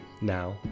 now